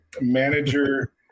manager